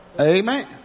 Amen